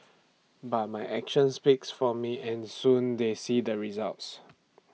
but my actions speaks for me and soon they see the results